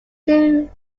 still